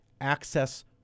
access